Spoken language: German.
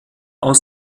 aus